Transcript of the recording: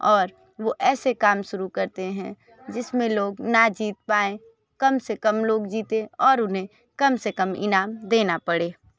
और वो ऐसे काम शुरू करते है जिसमें लोग न जीत पाए कम से कम लोग जीतें और उन्हें कम से कम इनाम देना पड़े